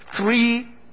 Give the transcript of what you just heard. Three